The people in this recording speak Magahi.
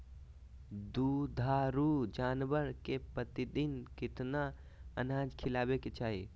दुधारू जानवर के प्रतिदिन कितना अनाज खिलावे के चाही?